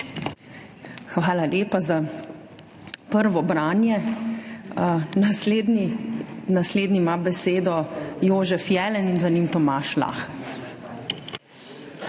Hvala lepa za prvo branje. Naslednji ima besedo Jožef Jelen in za njim Tomaž Lah.